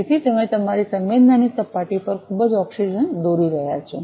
તેથી તમે તમારી સંવેદનાની સપાટી પર ખૂબ ઑક્સિજન દોરી રહ્યા છો